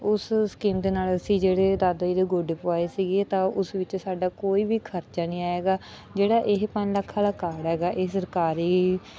ਉਸ ਸਕੀਮ ਦੇ ਨਾਲ ਅਸੀਂ ਜਿਹੜੇ ਦਾਦਾ ਜੀ ਦੇ ਗੋਡੇ ਪਵਾਏ ਸੀਗੇ ਤਾਂ ਉਸ ਵਿੱਚ ਸਾਡਾ ਕੋਈ ਵੀ ਖਰਚਾ ਨਹੀਂ ਆਇਆ ਹੈਗਾ ਜਿਹੜਾ ਇਹ ਪੰਜ ਲੱਖ ਵਾਲਾ ਕਾਰਡ ਹੈਗਾ ਇਹ ਸਰਕਾਰੀ